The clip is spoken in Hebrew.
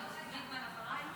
פרידמן אחריי?